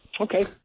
Okay